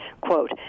quote